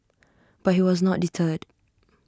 but he was not deterred